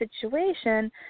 situation